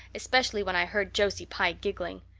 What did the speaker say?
especially when i heard josie pye giggling.